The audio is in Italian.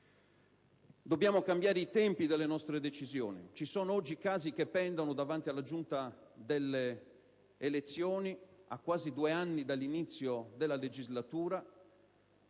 Dobbiamo cambiare i tempi delle nostre decisioni. Ci sono oggi casi che pendono davanti alla Giunta delle elezioni e delle immunità parlamentari a quasi due anni dall'inizio della legislatura.